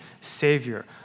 savior